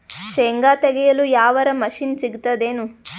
ಶೇಂಗಾ ತೆಗೆಯಲು ಯಾವರ ಮಷಿನ್ ಸಿಗತೆದೇನು?